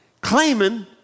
claiming